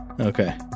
Okay